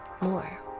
more